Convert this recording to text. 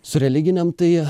su religinėm tai